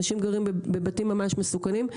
אנשים גרים בבתים ממש מסוכנים.